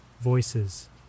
Voices